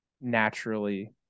naturally